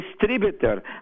distributor